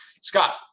Scott